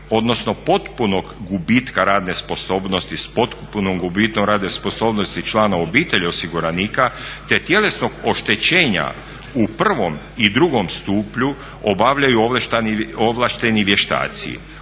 činjenici smanjenja radne sposobnosti odnosno potpunog gubitka radne sposobnosti člana obitelji osiguranika te tjelesnog oštećenja u prvom i drugom stupnju obavljaju ovlašteni vještaci,